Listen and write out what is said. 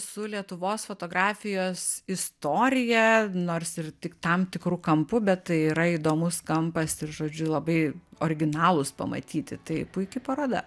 su lietuvos fotografijos istorija nors ir tik tam tikru kampu bet tai yra įdomus kampas ir žodžiu labai originalūs pamatyti tai puiki paroda